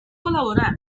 colaborar